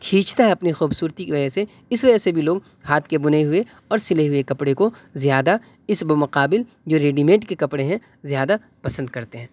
کھیچتا ہے اپنی خوبصورتی کی وجہ سے اس وجہ سے بھی لوگ ہاتھ کے بنے ہوئے اور سلے ہوئے کپڑے کو زیادہ اس بمقابل جو ریڈی میڈ کے کپڑے ہیں زیادہ پسند کرتے ہیں